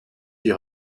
die